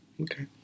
Okay